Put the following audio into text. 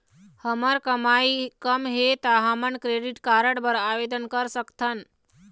हमर कमाई कम हे ता हमन क्रेडिट कारड बर आवेदन कर सकथन?